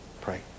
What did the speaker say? pray